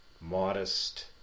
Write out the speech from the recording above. modest